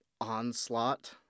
onslaught